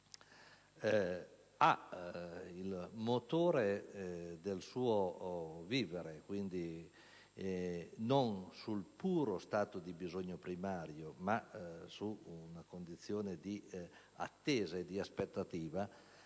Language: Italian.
ha il motore del suo vivere non sul puro stato di bisogno primario ma su una condizione di attesa e di aspettativa,